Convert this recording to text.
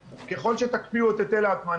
אבל כרגע אין שום החלטות אז אני לא יכול להתייחס.